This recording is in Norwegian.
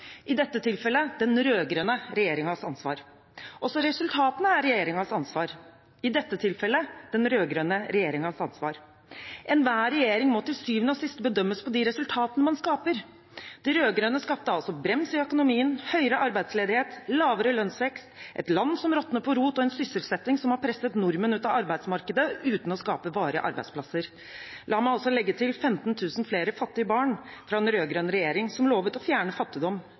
Også resultatene er regjeringens ansvar – i dette tilfellet: den rød-grønne regjeringens ansvar. Enhver regjering må til syvende og sist bedømmes etter de resultatene man skaper. De rød-grønne skapte altså brems i økonomien, høyere arbeidsledighet, lavere lønnsvekst, et land som råtner på rot, og en sysselsetting som har presset nordmenn ut av arbeidsmarkedet uten å skape varige arbeidsplasser. La meg også legge til: 15 000 flere fattige barn fra den rød-grønne regjeringen, som lovte å fjerne fattigdom